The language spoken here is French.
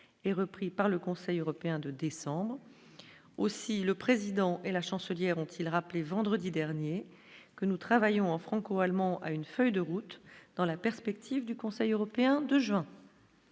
et repris par le Conseil européen de décembre aussi, le président et la chancelière, ont-ils rappelé vendredi dernier que nous travaillons en franco-allemand a une feuille de route dans la perspective du Conseil européen de juin.